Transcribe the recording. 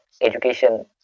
education